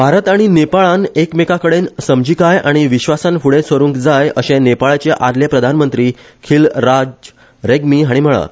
भारत आनी नेपाळान एकमेकाकडेन समजिकाय आनी विश्वासान फुडे सरूंक जाय अशे नेपाळाचे आदले प्रधानमंत्री खिल राज रेग्मी हाणी म्हळा